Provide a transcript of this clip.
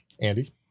Andy